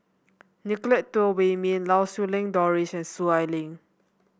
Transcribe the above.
Nicolette Teo Wei Min Lau Siew Lang Doris and Soon Ai Ling